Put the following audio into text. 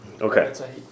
Okay